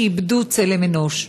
שאיבדו צלם אנוש.